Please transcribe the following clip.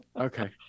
Okay